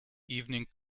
evening